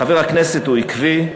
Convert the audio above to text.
חבר הכנסת הוא עקבי,